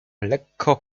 lekko